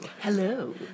Hello